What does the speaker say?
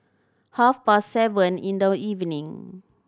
half past seven in the evening